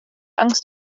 angst